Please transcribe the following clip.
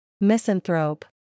misanthrope